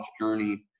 journey